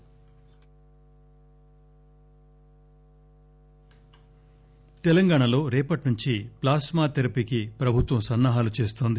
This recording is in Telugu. లీడ్ తెలంగాణ తెలంగాణాలో రేపటి నుంచి ప్లాస్మాథెరపీకి ప్రభుత్వం సన్నాహాలు చేస్తోంది